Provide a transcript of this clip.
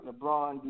LeBron